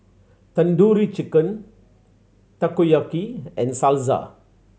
Tandoori Chicken Takoyaki and Salsa